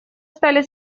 стали